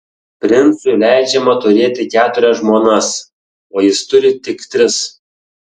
princui leidžiama turėti keturias žmonas o jis turi tik tris